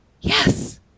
yes